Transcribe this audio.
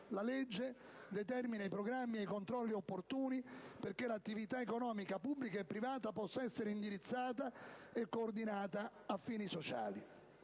"La legge determina i programmi e i controlli opportuni perché l'attività economica pubblica e privata possa essere indirizzata e coordinata a fini sociali".